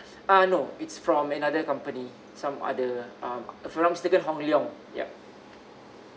uh no it's from another company some other um if I'm not mistaken hong leong yup